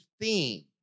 theme